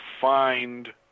find